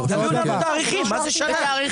תביאו לנו תאריכים, מה זה שנה?